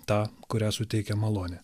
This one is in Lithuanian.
tą kurią suteikia malonė